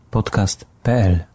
Podcast.pl